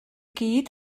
gyd